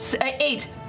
eight